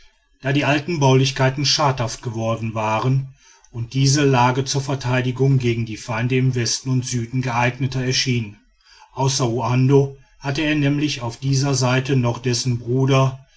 da die alten baulichkeiten schadhaft geworden waren und diese lage zur verteidigung gegen die feinde im westen und süden geeigneter erschien außer uando hatte er nämlich auf dieser seite noch dessen bruder